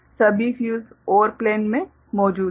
सभी fuse OR plane में मौजूद हैं